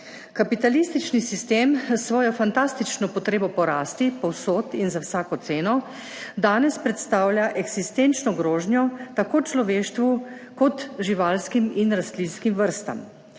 Kapitalistični sistem s svojo fantastično potrebo po rasti povsod in za vsako ceno, danes predstavlja eksistenčno grožnjo tako človeštvu kot živalskim in rastlinskim vrstam.